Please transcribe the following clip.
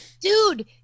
Dude